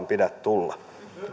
pidä tulla